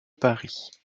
paris